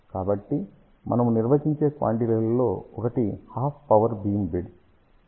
కాబట్టి మనము నిర్వచించే క్వాంటిటీ లలో ఒకటి హాఫ్ పవర్ బీమ్ విడ్త్